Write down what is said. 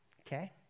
Okay